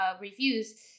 reviews